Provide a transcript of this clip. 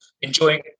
enjoying